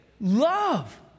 love